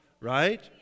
right